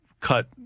cut